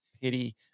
pity